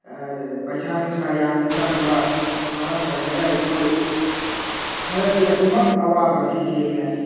ꯄꯩꯁꯥ ꯅꯨꯡꯁꯥ ꯌꯥꯝꯅ ꯆꯪꯕ ꯑꯗꯨꯅ ꯃꯔꯝ ꯑꯣꯏꯔꯒ ꯑꯩꯈꯣꯏ ꯈꯔꯗꯤ ꯑꯗꯨꯃꯛ ꯑꯋꯥꯕꯁꯤ ꯊꯦꯡꯅꯩ